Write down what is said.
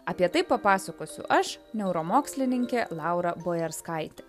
apie tai papasakosiu aš neuromokslininkė laura bojarskaitė